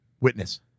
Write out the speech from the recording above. Witness